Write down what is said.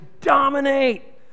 dominate